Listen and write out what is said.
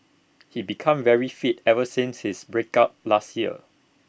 he become very fit ever since his break up last year